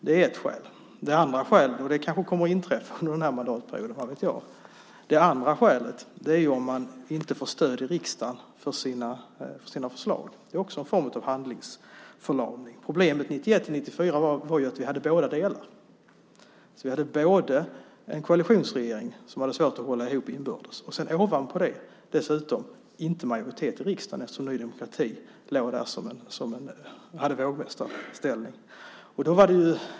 Det kanske kommer att inträffa under den här mandatperioden; vad vet jag? Det andra skälet är om regeringen inte får stöd i riksdagen för sina förslag. Det är också en form av handlingsförlamning. Problemet 1991-1994 var att vi hade båda delarna. Vi hade en koalitionsregering som hade svårt att hålla ihop inbördes och som dessutom, ovanpå det, inte hade majoritet i riksdagen. Ny demokrati hade ju en vågmästarställning.